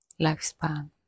lifespan